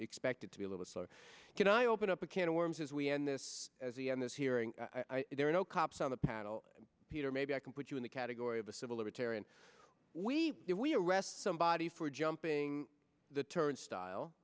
expect it to be a little slower can i open up a can of worms as we end this as he and this hearing there are no cops on the panel peter maybe i can put you in the category of a civil libertarian we if we arrest somebody for jumping the turnstile